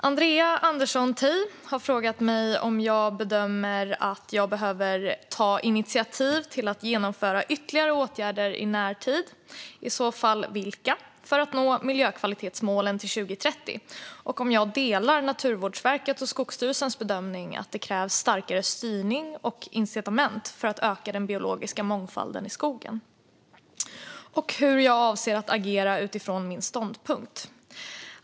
Andrea Andersson Tay har frågat mig om jag bedömer att jag behöver ta initiativ till att genomföra ytterligare åtgärder i närtid, och i så fall vilka, för att nå miljökvalitetsmålen till 2030 och om jag delar Naturvårdsverkets och Skogsstyrelsens bedömning att det krävs starkare styrning och incitament för att öka den biologiska mångfalden i skogen samt hur jag avser att agera utifrån min ståndpunkt.